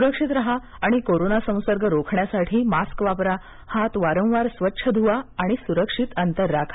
सुरक्षित राहा आणि कोरोंना संसर्ग रोखण्यासाठी मास्क वापरा हात वारंवार स्वच्छ ध्वा आणि सुरक्षित अंतर राखा